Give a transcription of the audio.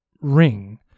ring